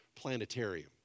Planetarium